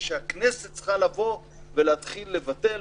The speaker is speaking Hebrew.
שהכנסת צריכה לבוא ולהתחיל לבטל,